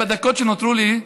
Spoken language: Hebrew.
בדקות שנותרו לי,